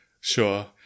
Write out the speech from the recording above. Sure